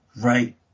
right